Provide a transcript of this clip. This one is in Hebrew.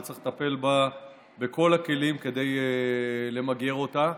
וצריך לטפל בה בכל הכלים כדי למגר אותה.